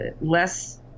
less